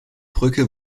brücke